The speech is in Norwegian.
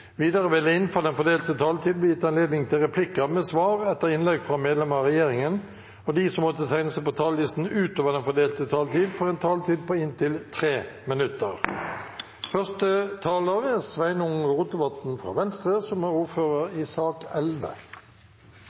Videre vil det, innenfor den fordelte taletid, bli gitt anledning til replikker med svar etter innlegg fra medlemmer av regjeringen. De som måtte tegne seg på talerlisten utover den fordelte taletid, får også en taletid på inntil 3 minutter. Då vil eg starte med å takke komiteen for eit godt samarbeid om det som